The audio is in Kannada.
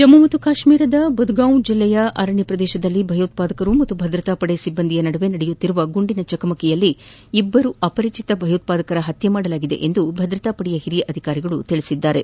ಜಮ್ನು ಕಾಶ್ನೀರದ ಬುದ್ಗಾಂವ್ ಜಿಲ್ಲೆಯ ಅರಣ್ಣ ಪ್ರದೇಶದಲ್ಲಿ ಭಯೋತ್ವಾದಕರು ಮತ್ತು ಭದ್ರತಾಪಡೆ ಸಿಬ್ಲಂದಿಯ ನಡುವೆ ನಡೆಯುತ್ತಿರುವ ಗುಂಡಿನ ಚಕಮಕಿಯಲ್ಲಿ ಇಬ್ಲರು ಅಪರಿಚಿತ ಭಯೋತ್ವಾದಕರನ್ನು ಹತ್ತೆ ಮಾಡಲಾಗಿದೆ ಎಂದು ಭದ್ರತಾಪಡೆಯ ಹಿರಿಯ ಅಧಿಕಾರಿಗಳು ತಿಳಿಸಿದ್ದಾರೆ